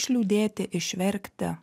išliūdėti išverkti